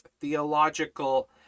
theological